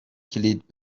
کلید